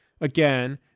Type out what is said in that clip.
Again